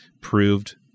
proved